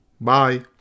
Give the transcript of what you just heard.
Bye